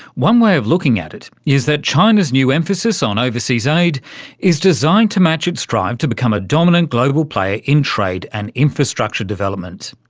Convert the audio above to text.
one way of looking at it is that china's new emphasis on overseas aid is designed to match its drive to become a dominant global player in trade and infrastructure development.